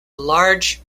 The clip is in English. large